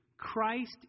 Christ